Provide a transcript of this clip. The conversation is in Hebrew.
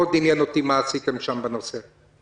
מאוד מעניין אותי מה עשיתם בנושא הזה.